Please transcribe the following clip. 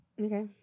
Okay